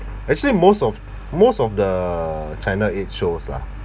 actually most of most of the china eight shows lah